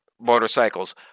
motorcycles